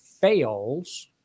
fails